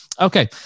Okay